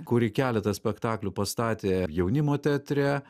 kuri keletą spektaklių pastatė jaunimo teatre